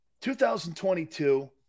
2022